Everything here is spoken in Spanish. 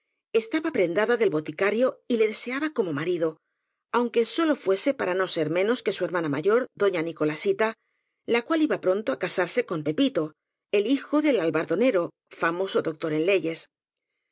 estaba prendada del boticario y le deseaba como marido aunque sólo fuese para no ser menos que su hermana mayor doña nicolasita la cual iba pronto á casarse con pepito el hijo del albardonero famoso doctor en leyes